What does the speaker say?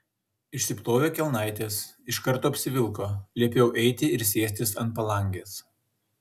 išsiplovė kelnaites iš karto apsivilko liepiau eiti ir sėstis ant palangės